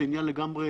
זה עניין לגמרי